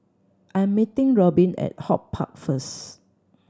I'm meeting Robin at HortPark first